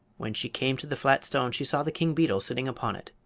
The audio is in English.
when she came to the flat stone she saw the king beetle sitting upon it.